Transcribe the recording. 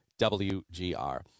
wgr